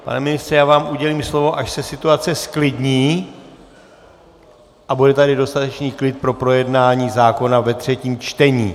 Pane ministře, udělím vám slovo, až se situace zklidní a bude tady dostatečný klid pro projednání zákona ve třetím čtení.